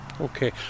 Okay